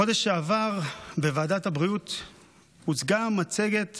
בחודש שעבר בוועדת הבריאות הוצגה מצגת